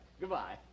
Goodbye